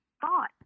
thought